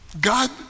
God